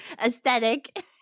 aesthetic